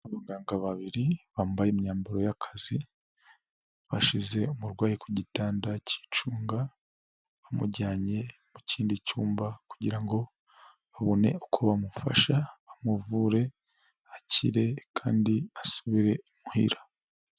Abaganga babiri bambaye imyambaro y'akazi, bashyize umurwayi ku gitanda cyicunga, bamujyanye mu kindi cyumba kugira ngo babone uko bamufasha, bamuvure, akire kandi asubire imuhira.